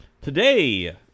today